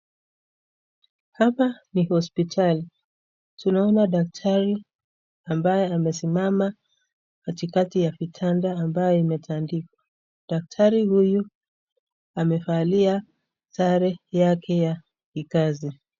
Hapa ni hospitali tunaona daktari ambaye amesimama katikati ya vitanda ambaye imetandikwa. Daktari huyu amevalia sare yake ya kikazi.